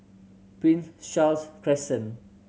Prince Charles Crescent